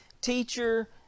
teacher